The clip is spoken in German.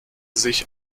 sich